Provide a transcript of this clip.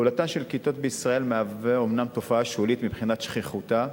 פעולתן של כתות בישראל מהווה אומנם תופעה שולית מבחינת שכיחותה,